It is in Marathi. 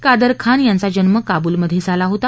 कादर खान यांचा जन्म काबूलमधे झाला होता